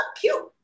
cute